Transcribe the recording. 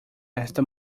esta